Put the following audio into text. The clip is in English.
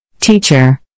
Teacher